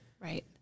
Right